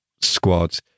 squad